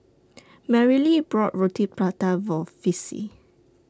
Merrily bought Roti Prata For Vicy